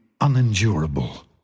unendurable